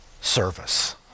service